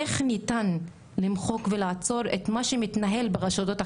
איך ניתן למחוק ולעצור את מה שמתנהל ברשתות החברתיות?